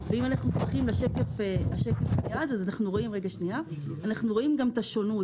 אפשר לראות גם את השונות